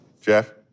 Jeff